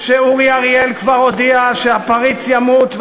שאורי אריאל כבר הודיע שהפריץ ימות,